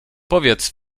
powiedz